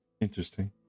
Interesting